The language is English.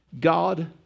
God